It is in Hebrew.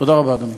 תודה רבה, אדוני.